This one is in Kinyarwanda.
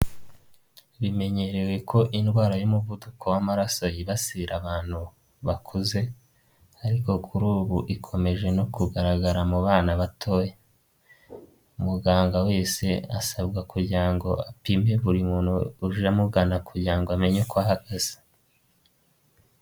Bimenyerewe ko indwara y'umuvuduko w'amaraso yibasira abantu bakuze, ariko kuri ubu ikomeje no kugaragara mu bana batoya, umuganga wese asabwa kugira ngo apime buri muntu uje amugana kugira ngo amenye uko ahagaze.